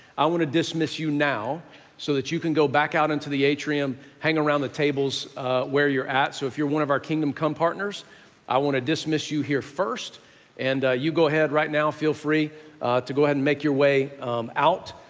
i want to dismiss you now so that you can go back out into the atrium, hang around the tables where you're at. so if you're one of our kingdom come partners i want to dismiss you here first and you go ahead right now. feel free to make your way out,